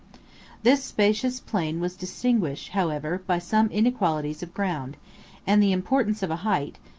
this spacious plain was distinguished, however, by some inequalities of ground and the importance of a height,